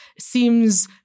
seems